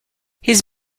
his